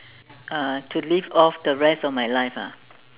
uh to live off the rest of my life ah